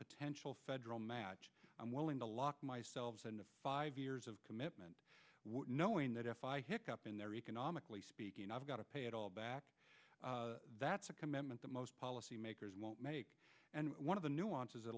potential federal match i'm willing to lock myself in five years of commitment knowing that if i hit up in there economically speaking i've got to pay it all back that's a commitment that most policymakers won't make and one of the nuances at